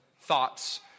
thoughts